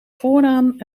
vooraan